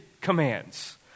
commands